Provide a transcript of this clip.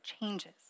changes